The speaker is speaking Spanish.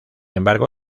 embargo